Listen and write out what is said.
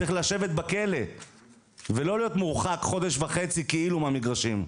צריך לשבת בכלא ולא להיות מורחק חודש וחצי כאילו מהמגרשים.